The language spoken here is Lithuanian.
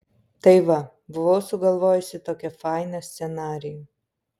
tai va buvau sugalvojusi tokį fainą scenarijų